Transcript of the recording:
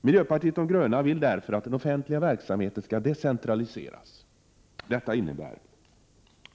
Miljöpartiet de gröna vill därför att den offentliga verksamheten skall decentraliseras.